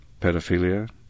pedophilia